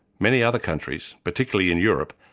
many other countries, particularly in europe,